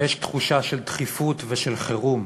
ויש תחושה של דחיפות ושל חירום,